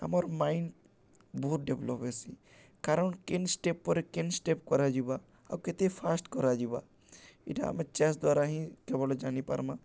ଆମର୍ ମାଇଣ୍ଡ୍ ବହୁତ୍ ଡେଭ୍ଲପ୍ ହେସି କାରଣ୍ କେନ୍ ଷ୍ଟେପ୍ ପରେ କେନ୍ ଷ୍ଟେପ୍ କରାଯିବା ଆଉ କେତେ ଫାଷ୍ଟ୍ କରାଯିବା ଇଟା ଆମେ ଚେସ୍ ଦ୍ୱାରା ହିଁ କେବଳ୍ ଜାନିପାର୍ମା